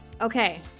Okay